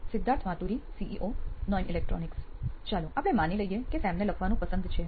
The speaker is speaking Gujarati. સિદ્ધાર્થ માતુરી સીઇઓ નોઇન ઇલેક્ટ્રોનિક્સ ચાલો આપણે માની લઈએ કે સેમને લખવાનું પસંદ છે